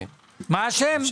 ההון.